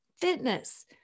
fitness